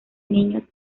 niños